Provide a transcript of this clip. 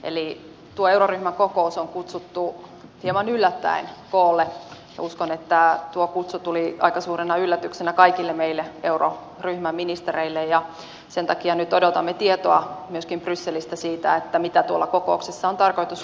eli tuo euroryhmän kokous on kutsuttu hieman yllättäen koolle ja uskon että tuo kutsu tuli aika suurena yllätyksenä kaikille meille euroryhmän ministereille ja sen takia nyt odotamme tietoa myöskin brysselistä siitä mitä tuolla kokouksessa on tarkoitus huomenna tehdä